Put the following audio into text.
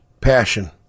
Passion